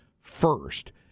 first